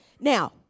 Now